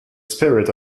spirit